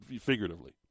figuratively